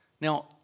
Now